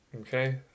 okay